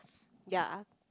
ya